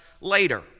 later